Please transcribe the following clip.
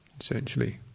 essentially